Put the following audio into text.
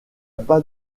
pas